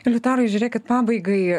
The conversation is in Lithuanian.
liutaurai žiūrėkit pabaigai